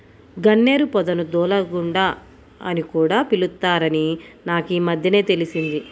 గన్నేరు పొదను దూలగుండా అని కూడా పిలుత్తారని నాకీమద్దెనే తెలిసింది